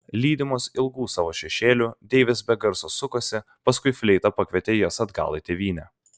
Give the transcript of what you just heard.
lydimos ilgų savo šešėlių deivės be garso sukosi paskui fleita pakvietė jas atgal į tėvynę